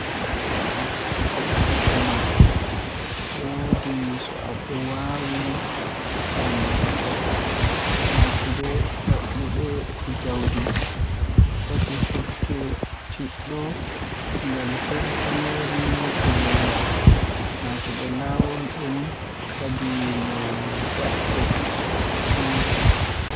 To a paɗi paɗe ma woodi So aɗa waawi bandude seɗɗe, naatude ɗaɓɓude e jawdi. Foti hokke tiiɗo ngam firti reeri e dowla. Naatude laawol ɗum kadi no daɗɗo, suusi.